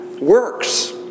works